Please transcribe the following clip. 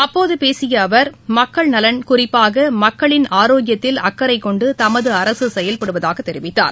அப்போது பேசிய அவர் மக்கள் நலன் குறிப்பாக மக்களின் ஆரோக்கியத்தில் அக்கறை கொண்டு தமது அரசு செயல்படுவதாக தெரிவித்தார்